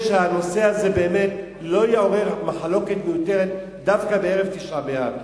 שהנושא הזה באמת לא יעורר מחלוקת מיותרת דווקא בערב תשעה באב,